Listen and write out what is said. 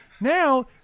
now